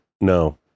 no